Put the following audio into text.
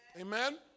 Amen